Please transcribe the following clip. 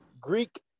Greek